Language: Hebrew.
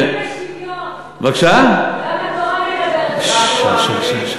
גם התורה מדברת על אי-שוויון.